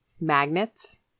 magnets